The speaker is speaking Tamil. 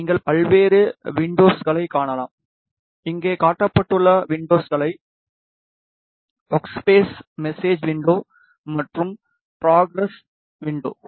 நீங்கள் பல்வேறு வின்டோஸ்களை காணலாம் இங்கே காட்டப்பட்டுள்ள வின்டோஸ்களை வோர்க்ஸ்பேஸ் மெஜெஜ் வின்டோஸ் மற்றும் ஃப்ராகரஸ் வின்டோஸ்